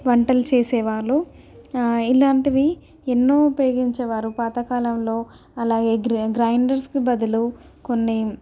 వంటలు చేసేవాళ్ళు ఇలాంటివి ఎన్నో ఉపయోగించేవారు పాతకాలంలో అలాగే గ్రైండ గ్రైండర్స్కి బదులు కొన్ని